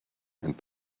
and